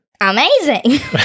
amazing